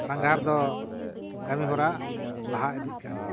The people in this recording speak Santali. ᱥᱟᱸᱜᱷᱟᱨ ᱫᱚ ᱠᱟᱹᱢᱤ ᱦᱚᱨᱟ ᱞᱟᱦᱟ ᱤᱫᱤᱜ ᱠᱟᱱ ᱜᱮᱭᱟ